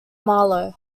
malo